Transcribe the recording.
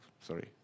Sorry